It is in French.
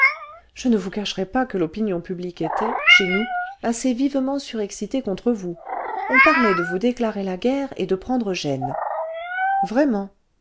je ne vous cacherai pas que l'opinion publique était chez nous assez vivement surexcitée contre vous on parlait de vous déclarer la guerre et de prendre gênes vraiment